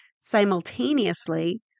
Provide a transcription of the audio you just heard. simultaneously